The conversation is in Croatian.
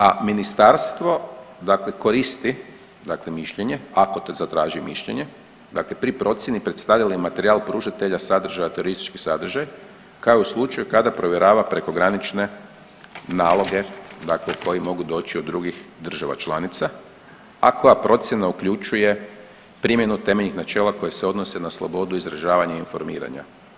A ministarstvo dakle koristi dakle mišljenje ako to zatraži mišljenje, dakle pri procjeni predstavlja li materijal pružatelja sadržaja teroristički sadržaj kao i u slučaju kada provjerava prekogranične naloge dakle koji mogu doći od drugih država članica, a koja procjena uključuje primjenu temeljnih načela koja se odnose na slobodu izražavanja informiranja.